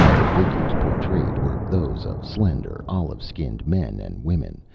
the figures portrayed were those of slender, olive-skinned men and women,